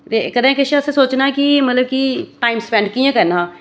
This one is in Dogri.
ते कदें असें किश सोचना कि मतलब कि टाइम स्पैंड कि'यां करना हा